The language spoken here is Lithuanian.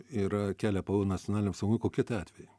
yra kelia pavojų nacionaliniam saugumui kokie tai atvejai